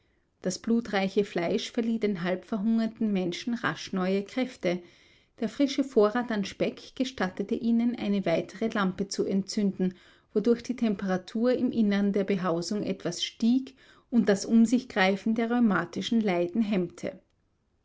das blutreiche fleisch verlieh den halb verhungerten menschen rasch neue kräfte der frische vorrat an speck gestattete ihnen eine weitere lampe zu entzünden wodurch die temperatur im innern der behausung etwas stieg und das umsichgreifen der rheumatischen leiden hemmte